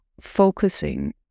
focusing